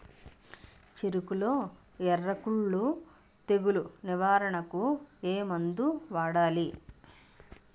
చెఱకులో ఎర్రకుళ్ళు తెగులు నివారణకు ఏ మందు వాడాలి?